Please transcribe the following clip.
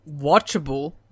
watchable